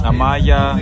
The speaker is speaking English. Amaya